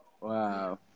Wow